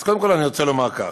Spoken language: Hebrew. אז קודם כול, אני רוצה לומר כך: